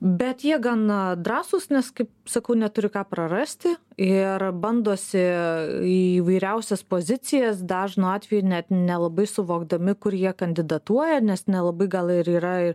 bet jie gana drąsūs nes kaip sakau neturi ką prarasti ir bandosi įvairiausias pozicijas dažnu atveju net nelabai suvokdami kur jie kandidatuoja nes nelabai gal ir yra